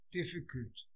difficult